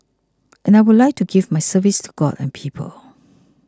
and I would like to give my service to God and people